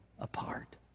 apart